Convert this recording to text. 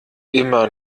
immer